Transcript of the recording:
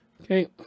Okay